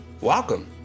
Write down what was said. Welcome